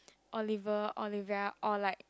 Oliver Olivia or like